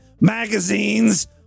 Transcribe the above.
magazines